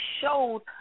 showed